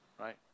right